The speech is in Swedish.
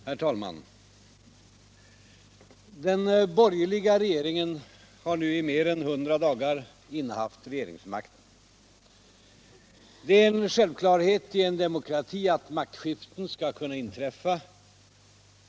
Herr talman! Den borgerliga regeringen har nu i mer än 100 dagar innehaft regeringsmakten. Det är en självklarhet i en demokrati att maktskiften skall kunna inträffa.